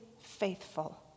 faithful